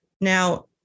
Now